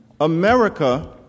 America